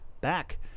back